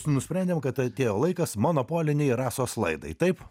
nusprendėm kad atėjo laikas monopolinei rasos laidai taip